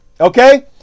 Okay